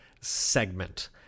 segment